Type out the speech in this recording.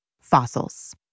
fossils